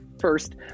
First